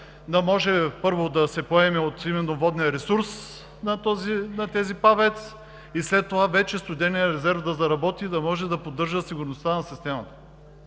да може, първо, да се поеме именно от водния ресурс на тези ПАВЕЦ и след това вече студеният резерв да заработи и да може да поддържа сигурността на системата.